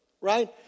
Right